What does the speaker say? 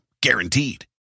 Guaranteed